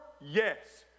Yes